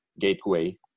gateway